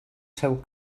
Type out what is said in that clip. seu